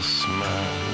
smile